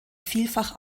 vielfach